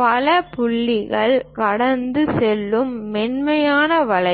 பல புள்ளிகளைக் கடந்து செல்லும் மென்மையான வளைவு